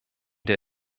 der